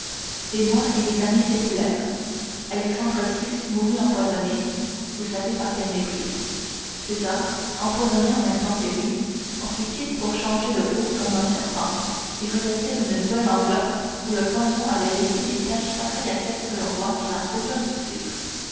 les mois et les années s'écoulèrent alexandre vi mourut empoisonné vous savez par quelle méprise césar empoisonné en même temps que lui en fut quitte pour changer de peau comme un serpent et revêtir une nouvelle enveloppe où le poison avait laissé des taches pareilles à celles que l'on voit sur la fourrure du tigre